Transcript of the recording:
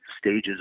stages